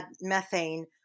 methane